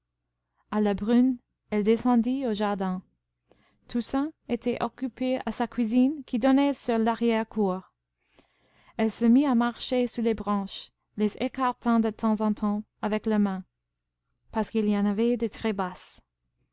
à la brune elle descendit au jardin toussaint était occupée à sa cuisine qui donnait sur larrière cour elle se mit à marcher sous les branches les écartant de temps en temps avec la main parce qu'il y en avait de très basses